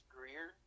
Greer